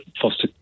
foster